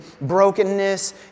brokenness